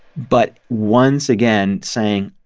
but once again saying,